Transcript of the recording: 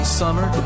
summer